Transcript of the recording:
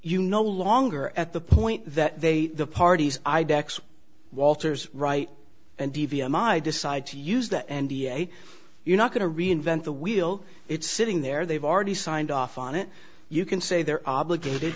you no longer at the point that they the parties i decks walters write and d v m i decide to use that and e a you're not going to reinvent the wheel it's sitting there they've already signed off on it you can say they're obligated